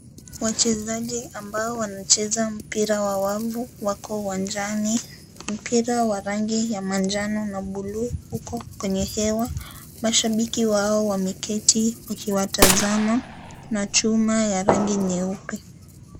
Wachezaji ambao wanacheza mpira wa wavu wako uwanjani. Mpira wa rangi ya manjano na buluu, iko kwenye hewa. Mashabiki wao wameketi wakiwa tazama. Kuna chuma ya rangi nyeupe.